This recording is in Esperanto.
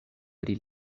pri